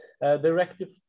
directive